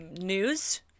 News